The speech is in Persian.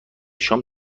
شام